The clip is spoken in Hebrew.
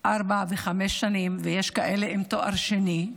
ארבע וחמש שנים, ויש כאלה עם תואר שני,